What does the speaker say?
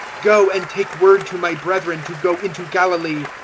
go and take word to my brethren to go into galilee,